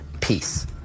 peace